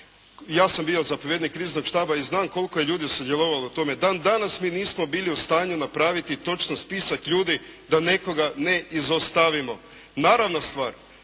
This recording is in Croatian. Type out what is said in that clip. ja sam bio zapovjednik kriznog štaba i znam koliko je ljudi sudjelovalo u tome. Dandanas mi nismo bili u stanju napraviti točan spisak ljudi da nekoga ne izostavimo. Naravna stvar